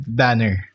banner